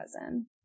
cousin